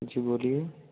जी बोलिए